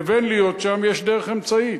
לבין להיות שם, יש דרך אמצעית,